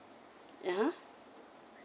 (uh huh)